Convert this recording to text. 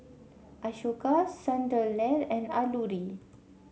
Ashoka Sunderlal and Alluri